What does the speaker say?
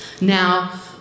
Now